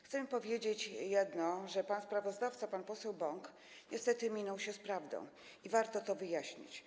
Chcę powiedzieć jedno, że sprawozdawca pan poseł Bąk niestety minął się z prawdą i warto to wyjaśnić.